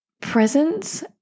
presence